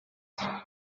ela